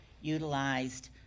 utilized